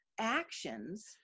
actions